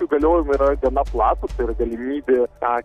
įgaliojimai yra gana platūs tai yra galimybė tą